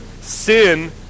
Sin